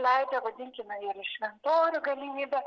leidžia vadinkime ir šventorių galimybė